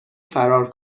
فرار